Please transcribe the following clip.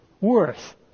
worth